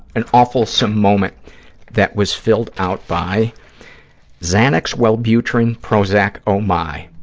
an awfulsome moment that was filled out by xanax, wellbutrin, prozac, oh my.